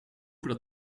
dat